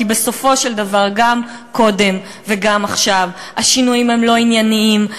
כי בסופו של דבר גם קודם וגם עכשיו השינויים הם לא ענייניים,